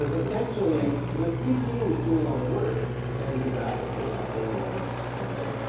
essentially, the cpu was doing all the work, and the graphics adaptor was kind of a